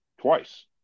twice